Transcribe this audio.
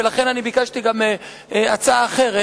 ולכן אני ביקשתי גם הצעה אחרת.